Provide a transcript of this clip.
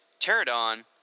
Pterodon